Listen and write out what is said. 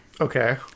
Okay